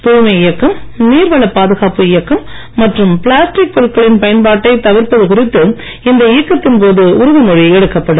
தூய்மை இயக்கம் நீர்வள பாதுகாப்பு இயக்கம் மற்றும் பிளாஸ்டிக் பொருட்களின் பயன்பாட்டைத் தவிர்ப்பது குறித்து இந்த இயக்கத்தின் போது உறுதிமொழி எடுக்கப்படும்